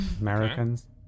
Americans